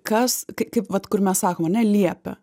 kask kaip vat kur mes sakom ane liepia